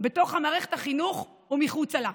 בתוך מערכת החינוך ומחוצה לה.